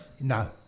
No